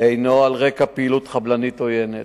היה על רקע פעילות חבלנית עוינת,